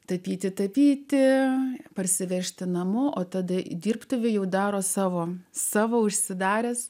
tapyti tapyti parsivežti namo o tada dirbtuvėje jau daro savo savo užsidaręs